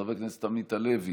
חבר הכנסת איימן עודה,